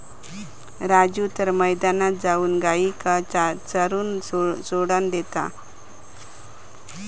राजू तर मैदानात जाऊन गायींका चरूक सोडान देता